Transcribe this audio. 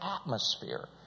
atmosphere